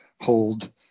hold